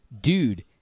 Dude